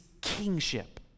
kingship